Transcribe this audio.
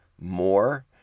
more